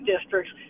districts